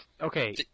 okay